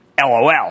LOL